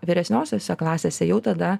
vyresniosiose klasėse jau tada